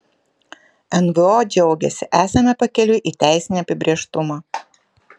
nvo džiaugiasi esame pakeliui į teisinį apibrėžtumą